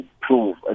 prove